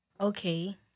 Okay